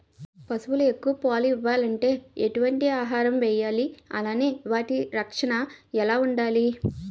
పశువులు ఎక్కువ పాలు ఇవ్వాలంటే ఎటు వంటి ఆహారం వేయాలి అలానే వాటి రక్షణ ఎలా వుండాలి?